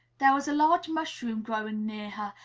there was a large mushroom growing near her,